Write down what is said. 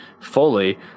fully